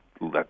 let